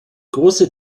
große